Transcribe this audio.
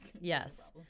Yes